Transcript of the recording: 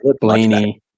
Blaney